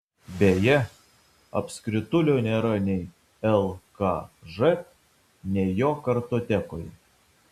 beje apskritulio nėra nei lkž nei jo kartotekoje